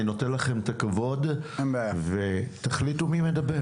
אני נותן לכם את הכבוד ותחליטו מי מדבר